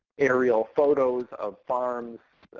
aerial photos of farms.